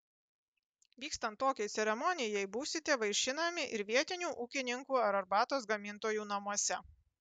vykstant tokiai ceremonijai būsite vaišinami ir vietinių ūkininkų ar arbatos gamintojų namuose